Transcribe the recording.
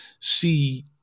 see